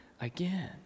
again